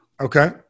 Okay